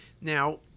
Now